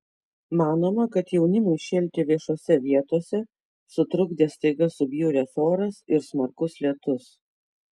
manoma kad jaunimui šėlti viešose vietose sutrukdė staiga subjuręs oras ir smarkus lietus